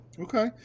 Okay